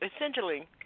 essentially